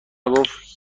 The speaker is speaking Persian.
گفت